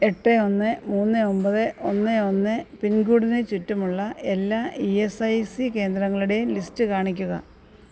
എട്ട് ഒന്ന് മൂന്ന് ഒമ്പത് ഒന്ന് ഒന്ന് പിൻകോഡിന് ചുറ്റുമുള്ള എല്ലാ ഈ എസ് ഐ സി കേന്ദ്രങ്ങളുടേയും ലിസ്റ്റ് കാണിക്കുക